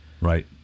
Right